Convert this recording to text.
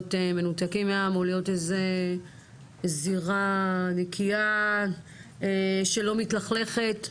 מנותקים מהעם או להיות איזה זירה נקייה שלא מתלכלכת.